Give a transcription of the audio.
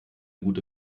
gute